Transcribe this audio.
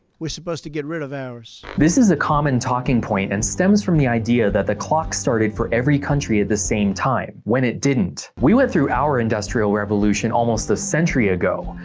we're supposed to get rid of ours. this is a common talking point and it stems from the idea that the clock started for every country at the same time. when it didn't. we went through our industrial revolution almost a century ago,